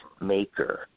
maker